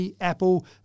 Apple